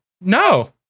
no